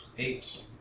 Eight